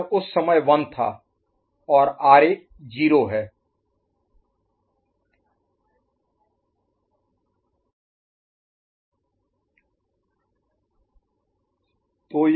तो यह उस समय 1 था और आरए 0 है